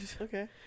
Okay